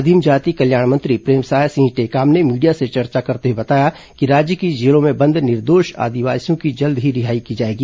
आदिम जाति कल्याण मंत्री प्रेमसाय सिंह टेकाम ने मीडिया से चर्चा करते हुए बताया कि राज्य की जेलों में बंद निर्दोष आदिवासियों की जल्द ही रिहाई की जाएगी